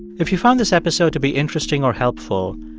if you found this episode to be interesting or helpful,